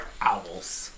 owls